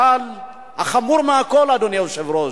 אבל החמור מכול, אדוני היושב-ראש: